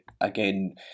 again